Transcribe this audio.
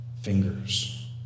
fingers